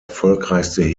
erfolgreichste